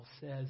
says